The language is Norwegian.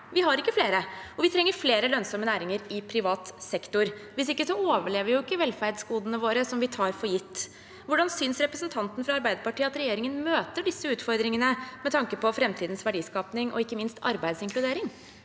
vi har ikke flere – og vi trenger flere lønnsomme næringer i privat sektor. Hvis ikke overlever ikke velferdsgodene våre som vi tar for gitt. Hvordan synes representanten fra Arbeiderpartiet at regjeringen møter disse utfordringene med tanke på framtidens verdiskaping og ikke minst arbeidsinkludering?